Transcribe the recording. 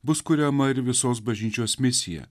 bus kuriama ir visos bažnyčios misija